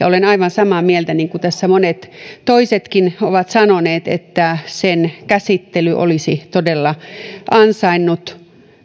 olen aivan samaa mieltä kuin tässä monet toisetkin jotka ovat sanoneet että sen käsittely olisi todella ansainnut